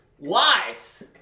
Life